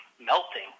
melting